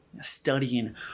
studying